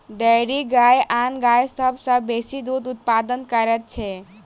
dairy गाय आन गाय सभ सॅ बेसी दूध उत्पादन करैत छै